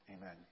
Amen